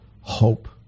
hope